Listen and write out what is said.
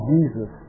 Jesus